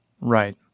Right